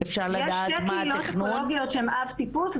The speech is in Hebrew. יש שתי קהילות אקולוגיות שהן אבטיפוס,